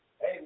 Hey